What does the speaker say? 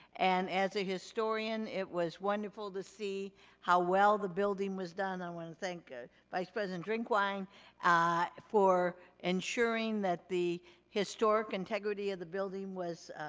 and as a historian, it was wonderful to see how well the building was done. i wanna thank vice-president drinkwine for ensuring that the historic integrity of the building was